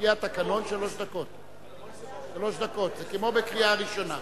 שלוש דקות, זה כמו בקריאה ראשונה.